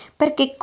perché